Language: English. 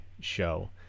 show